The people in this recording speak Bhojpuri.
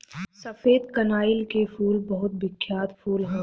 सफेद कनईल के फूल बहुत बिख्यात फूल ह